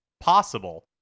possible